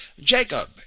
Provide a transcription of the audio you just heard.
Jacob